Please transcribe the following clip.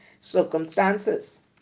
circumstances